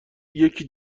یکی